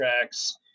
tracks